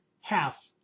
half